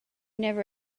never